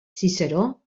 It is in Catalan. ciceró